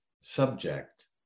subject